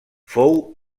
fou